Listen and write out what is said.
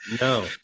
No